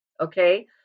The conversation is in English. Okay